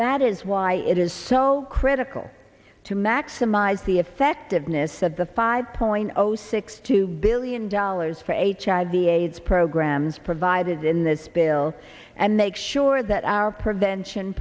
that is why it is so critical to maximize the effectiveness of the five point zero six two billion dollars for h i v aids programs provided in this bill and make sure that our prevention